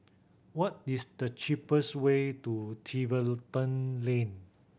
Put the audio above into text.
what is the cheapest way to Tiverton Lane